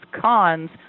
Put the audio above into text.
cons